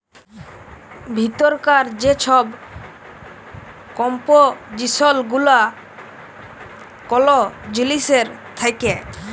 ভিতরকার যে ছব কম্পজিসল গুলা কল জিলিসের থ্যাকে